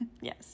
Yes